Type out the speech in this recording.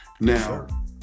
now